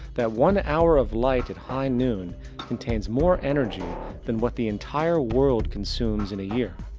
that one hour of light at high noon contains more energy than what the entire world consumes in a year.